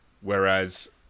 Whereas